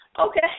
okay